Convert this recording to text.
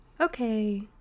Okay